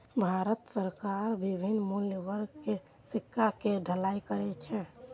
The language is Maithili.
भारत सरकार विभिन्न मूल्य वर्ग के सिक्का के ढलाइ करै छै